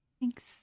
Thanks